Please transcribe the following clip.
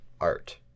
art